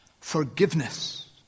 forgiveness